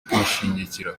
kwishyingira